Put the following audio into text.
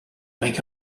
make